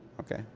okay.